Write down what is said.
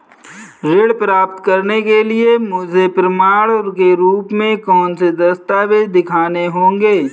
ऋण प्राप्त करने के लिए मुझे प्रमाण के रूप में कौन से दस्तावेज़ दिखाने होंगे?